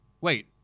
wait